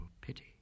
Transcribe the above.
pity